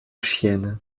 chiennes